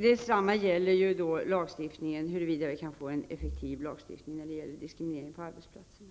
Detsamma gäller huruvida man kan åstadkomma en effektiv lagstiftning när det gäller diskriminering på arbetsplatserna.